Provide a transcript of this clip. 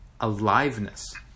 aliveness